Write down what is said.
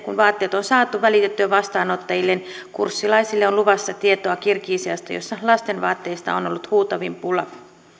kun vaatteet on saatu välitettyä vastaanottajille niin lopulta sitten kurssilaisille on luvassa tietoa kirgisiasta jossa lastenvaatteista on ollut huutavin pula